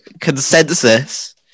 consensus